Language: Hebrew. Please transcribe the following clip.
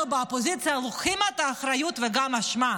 אנחנו באופוזיציה לוקחים את האחריות וגם את האשמה,